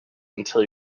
until